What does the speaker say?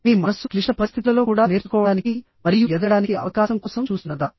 మీ మనస్సు క్లిష్ట పరిస్థితులలో కూడా నేర్చుకోవడానికి మరియు ఎదగడానికి అవకాశం కోసం చూస్తున్నదా